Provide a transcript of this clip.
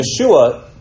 Yeshua